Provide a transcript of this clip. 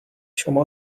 شما